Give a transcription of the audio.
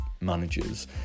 managers